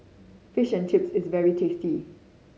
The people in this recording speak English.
Fish and Chips is very tasty